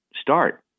start